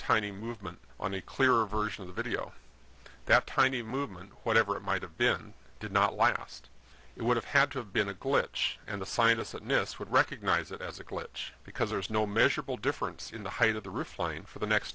tiny movement on a clear version of the video that tiny movement whatever it might have been did not last it would have had to have been a glitch and the scientists at nist would recognize it as a glitch because there is no measurable difference in the height of the roof line for the next